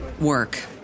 work